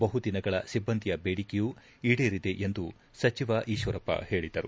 ಬಹುದಿನಗಳ ಸಿಬ್ಬಂದಿಯ ಬೇಡಿಕೆಯೂ ಈಡೇರಿದೆ ಎಂದು ಸಚಿವ ಈಶ್ವರಪ್ಪ ಹೇಳಿದರು